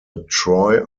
troy